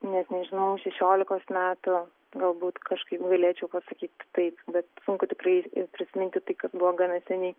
net nežinau šešiolikos metų galbūt kažkaip galėčiau pasakyti taip bet sunku tikrai prisiminti tai kas buvo gana seniai